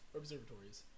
observatories